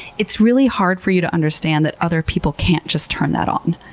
it's really hard for you to understand that other people can't just turn that on,